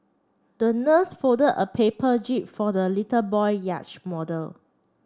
the nurse fold a paper jib for the little boy yachts model